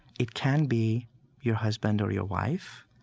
it can be your husband or your wife,